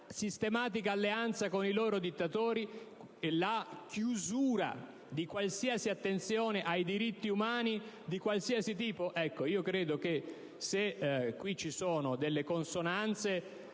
sistematica alleanza con i loro dittatori e la chiusura di qualsiasi attenzione ai diritti umani di qualunque tipo? Credo che se delle consonanze